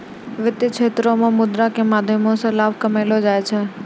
वित्तीय क्षेत्रो मे मुद्रा के माध्यमो से लाभ कमैलो जाय छै